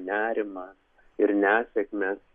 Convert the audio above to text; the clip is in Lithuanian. nerimas ir nesėkmės